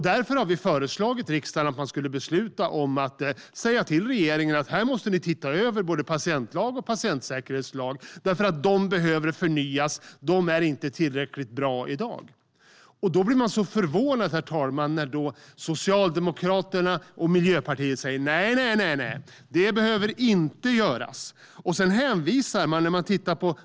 Därför har vi föreslagit riksdagen att besluta om att säga till regeringen att man måste se över både patientlag och patientsäkerhetslag, därför att de behöver förnyas. De är inte tillräckligt bra i dag. Då blir man förvånad, herr talman, när Socialdemokraterna och Miljöpartiet säger att det inte behöver göras.